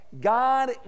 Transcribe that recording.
God